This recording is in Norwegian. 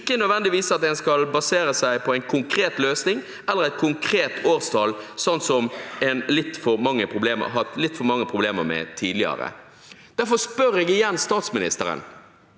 ikke nødvendigvis at man skal basere seg på en konkret løsning eller et konkret årstall, sånn som man har hatt litt for mange problemer med tidligere. Derfor spør jeg igjen statsministeren: